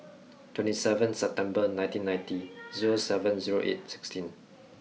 twenty seven September nineteen ninety zero seven zero eight sixteen